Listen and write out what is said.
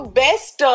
best